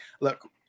look